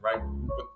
right